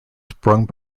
sprung